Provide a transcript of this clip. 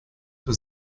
was